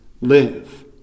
live